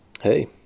Hey